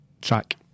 track